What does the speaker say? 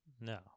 No